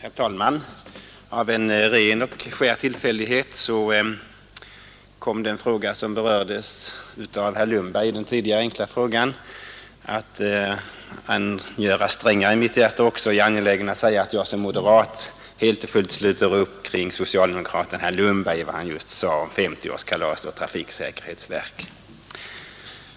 Herr talman! Av en ren och skär tillfällighet kom den fråga som herr Lundberg nyss berört att slå an strängar också i mitt hjärta, och jag är angelägen om att säga att jag som moderat helt och fullt sluter upp vid socialdemokraten herr Lundbergs sida i vad gäller det som han sade om 50-årskalas och trafiksäkerhetsverket.